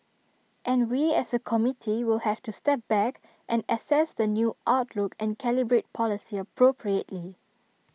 and we as A committee will have to step back and assess the new outlook and calibrate policy appropriately